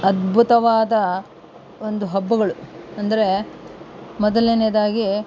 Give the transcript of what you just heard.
ಅದ್ಭುತವಾದ ಒಂದು ಹಬ್ಬಗಳು ಅಂದರೆ ಮೊದಲನೇದಾಗಿ